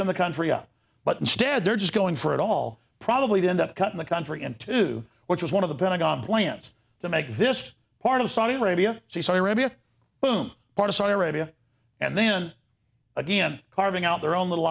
in the country but instead they're just going for it all probably to end up cutting the country into what was one of the pentagon plans to make this part of saudi arabia saudi arabia boom part of saudi arabia and then again carving out their own little